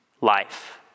life